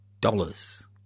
dollars